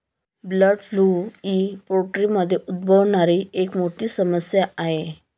bird flu ही पोल्ट्रीमध्ये उद्भवणारी एक मोठी समस्या आहे